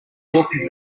walking